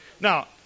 Now